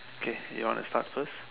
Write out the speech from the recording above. okay you wanna start first